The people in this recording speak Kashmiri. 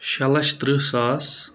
شےٚ لچھ تٕرہ ساس